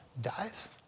dies